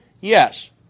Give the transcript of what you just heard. yes